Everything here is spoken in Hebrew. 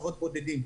הבודדים.